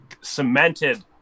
cemented